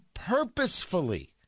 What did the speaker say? purposefully